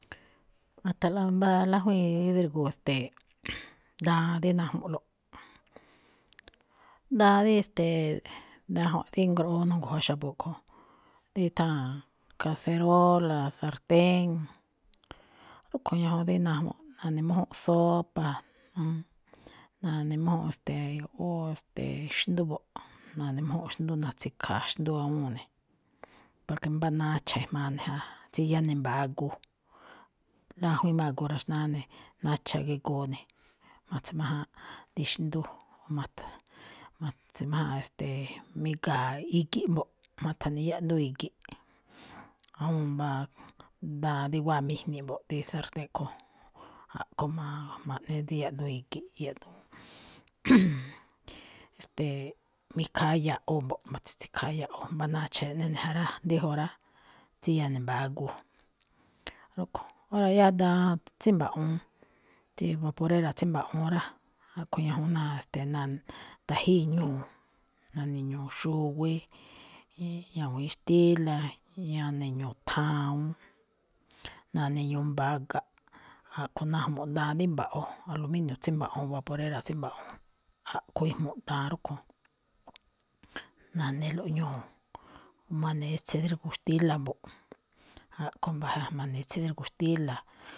Ma̱tha̱nꞌlaꞌ mbá lájwíin drígo̱o̱ e̱ste̱e̱, daan dí najmulo̱ꞌ. Daan dí, e̱ste̱e̱, dajwa̱nꞌ rí ngroꞌoo nu̱ngu̱jwa̱ xa̱bo̱ kho̱, dí itháa̱n cazerola, sartén. Rúꞌkho̱ ñajuun dí najmuꞌ, na̱ne̱mújúnꞌ sopa, na̱nemújúnꞌ, ste̱e̱, óo ste̱e̱, xndú mbo̱ꞌ, na̱ne̱mújúnꞌ xndú, na̱tsi̱kha̱a̱ xndú awúun ne̱, porque mbá nacha ejmaa ne̱ ja, tsíyá ne̱ mba̱a̱ agu. Lájwíin má agu raxnáá ne̱, nacha̱ gegoo ne̱, ma̱tse̱májáanꞌ dí xndú, ma̱ta̱-ma̱tse̱májáanꞌ, e̱ste̱e̱, mi̱ga̱a̱ i̱gi̱ꞌ mbo̱ꞌ, ma̱tha̱ne yaꞌduun i̱gi̱ꞌ awúun mbáa daan dí wáa mijndi mbo̱ꞌ, dí sartéen kho̱. A̱ꞌkho̱ ma̱a̱-ma̱ꞌne dí yaꞌduun i̱gi̱ꞌ, yaꞌduun e̱ste̱e̱, mi̱khaa ya̱ꞌwo̱ mbo̱ꞌ, ma̱ta̱tsi̱kha̱a̱ ya̱ꞌwo̱, mbá nacha̱ eꞌne ne̱ ja rá. Díjun rá, tsíyá ne̱ mba̱a̱ agu, rúꞌkho̱. Ora̱ rí yá daan tsí mba̱ꞌwu̱un, tsí vaporera tsí mba̱ꞌwu̱un rá, a̱ꞌkho̱ ñajuun náa, ste̱e̱, na- nda̱jíi ñu̱u̱, na̱ne ñu̱u̱ xuwi, ña̱wi̱in xtíla̱, ñu̱u̱ ne̱ thawuun, na̱ne̱ ñu̱u̱ mbaa ga̱ꞌ, a̱ꞌkho̱ najmuꞌ daan dí mba̱ꞌwo̱, al inio tsí mba̱ꞌwu̱un, vaporera tsí mba̱ꞌwu̱un. A̱ꞌkho̱ ijmuꞌ daan rúꞌkho̱, na̱ne̱lo̱ꞌ ñu̱u̱. Ma̱ne etse drígo̱o̱ xtíla̱ mbo̱ꞌ, a̱ꞌkho̱ mba̱-ma̱ne etse drígo̱o̱ xtíla̱.